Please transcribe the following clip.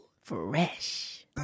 Fresh